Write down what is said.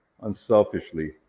unselfishly